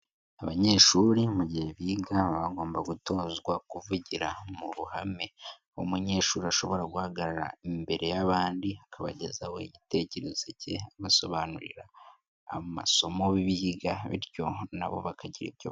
Abanyeshuri mu igihe biga baba bagomba gutozwa kuvugira mu ruhame, umunyeshuri ashobora guhagarara imbere y'abandi akabagezaho igitekerezo cye, abasobanurira amasomo biga bityo na bo bakagira icyo.